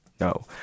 no